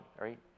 Right